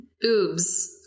boobs